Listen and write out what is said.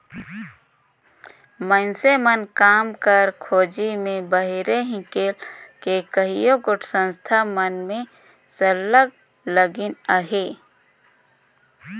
मइनसे मन काम कर खोझी में बाहिरे हिंकेल के कइयो गोट संस्था मन में सरलग लगिन अहें